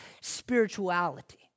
spirituality